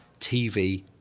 TV